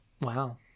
Wow